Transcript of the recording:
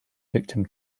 victim